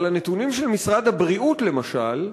אבל הנתונים של משרד הבריאות, למשל,